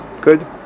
Good